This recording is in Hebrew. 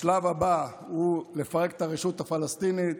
השלב הבא הוא לפרק את הרשות הפלסטינית,